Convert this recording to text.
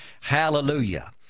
Hallelujah